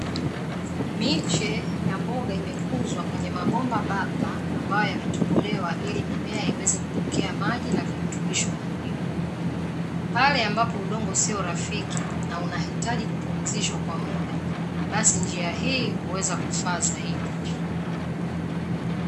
Miche ya mboga imekuzwa kwenye mabomba bapa ambayo yametobolewa ili mimea iweze kupokea maji na virutubisho muhimu, pale ambapo udongo sio rafiki na huhitaji kupumzishwa kwa mda basi njia hii huweza kufaa zaidi.